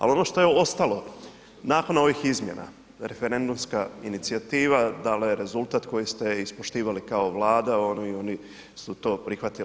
Ali ono što je ostalo nakon ovih izmjena, referendumska inicijativa dala je rezultat koji ste ispoštivali kao Vlada i oni su to prihvatili.